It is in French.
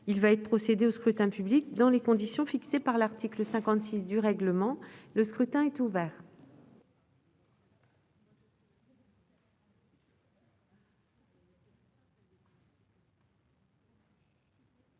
Il va être procédé au scrutin dans les conditions fixées par l'article 56 du règlement. Le scrutin est ouvert.